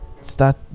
start